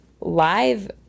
live